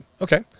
Okay